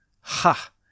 Ha